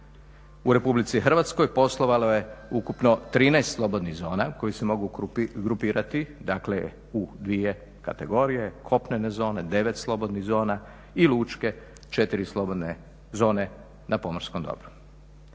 U Republici Hrvatskoj poslovalo je ukupno 13 slobodnih zona koje se mogu grupirati dakle u dvije kategorije: kopnene zone 9 slobodnih zona i lučke 4 slobodne zone na pomorskom dobru.